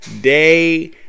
day